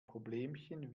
problemchen